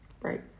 Right